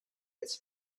its